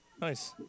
nice